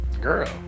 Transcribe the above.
girl